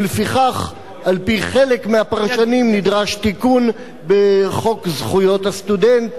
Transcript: ולפיכך על-פי חלק מהפרשנים נדרש תיקון בחוק זכויות הסטודנט.